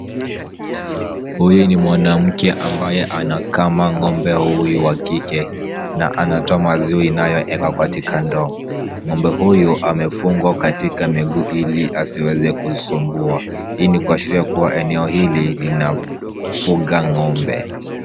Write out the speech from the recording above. Huyu ni mwanamke ambaye anakama ng'ombe huyu wa kike na anatoa maziwa inayowekwa katika ndoo. Ng'ombe huyu amefungwa katika miguu ili asiweze kusumbua. Hii ni kuashiria kuwa eneo hili linafuga ng'ombe.